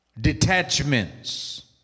Detachments